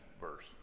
verse